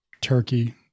Turkey